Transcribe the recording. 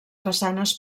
façanes